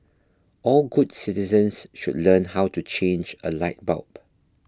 all good citizens should learn how to change a light bulb